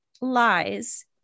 lies